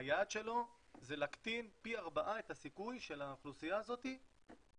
ה יעד שלו זה להקטין פי 4 את הסיכוי של האוכלוסייה הזאת להדבק.